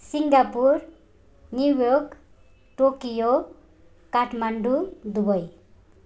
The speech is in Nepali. Singapore New York Tokyo Kathmandu Dubai